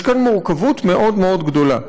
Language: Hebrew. יש כאן מורכבות מאוד גדולה.